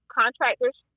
contractors